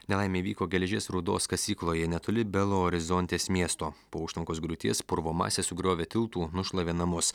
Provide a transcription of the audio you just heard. nelaimė įvyko geležies rūdos kasykloje netoli belo orizontės miesto po užtvankos griūties purvo masė sugriovė tiltų nušlavė namus